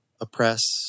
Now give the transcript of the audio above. oppress